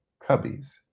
Cubbies